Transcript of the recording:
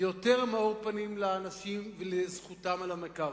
ליותר מאור פנים לאנשים ולזכותם על המקרקעין,